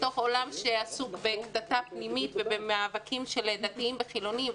בתוך עולם שעסוק בקטטה פנימית ובמאבקים של דתיים וחילונים,